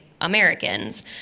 Americans